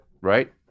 right